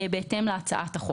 בהתאם להצעת החוק.